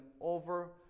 over